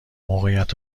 موقعیت